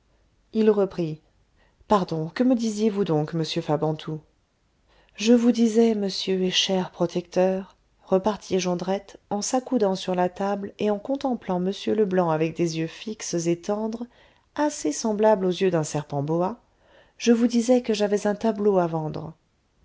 il reprit pardon que me disiez-vous donc monsieur fabantou je vous disais monsieur et cher protecteur repartit jondrette en s'accoudant sur la table et en contemplant m leblanc avec des yeux fixes et tendres assez semblables aux yeux d'un serpent boa je vous disais que j'avais un tableau à vendre